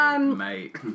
Mate